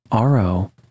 ro